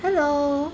hello